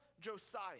Josiah